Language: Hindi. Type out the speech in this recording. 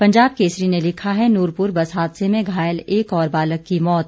पंजाब केसरी ने लिखा है नूरपुर बस हादसे में घायल एक और बालक की मौत